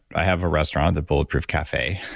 i have a restaurant, the bulletproof cafe.